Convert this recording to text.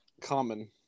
common